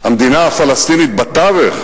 שהמדינה הפלסטינית בתווך,